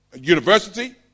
University